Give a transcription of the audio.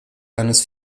eines